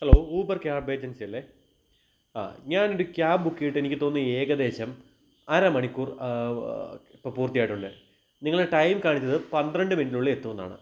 hello Uber കാബേജൻസിയല്ലേ ഞാനൊരു ക്യാബുക്കെയ്തിട്ടെനിക്ക് തോന്നുന്നു ഏകദേശം അര മണിക്കൂർ ഇപ്പോള് പൂർത്തിയായിട്ടുണ്ട് നിങ്ങള് ടൈം കഴിഞ്ഞതും പന്ത്രണ്ട് മിനുട്ടിനുള്ളിലെത്തുമെന്നാണ്